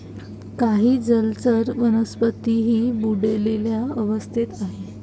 काही जलचर वनस्पतीही बुडलेल्या अवस्थेत आहेत